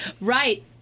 Right